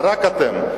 ורק אתם.